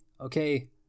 okay